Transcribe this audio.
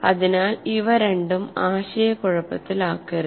അതിനാൽ ഇവ രണ്ടും ആശയക്കുഴപ്പത്തിലാക്കരുത്